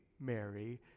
Mary